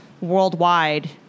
worldwide